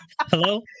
Hello